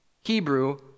Hebrew